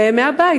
ומהבית,